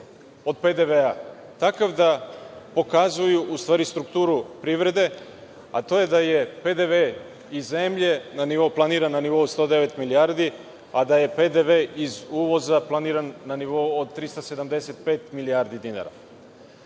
od PDV je takav da pokazuju u stvari strukturu privrede, a to je da je PDV iz zemlje na nivou planiran, na nivou 109 milijardi, a da je PDV iz uvoza planiran na nivou od 375 milijardi dinara. Mislim